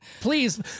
please